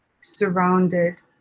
surrounded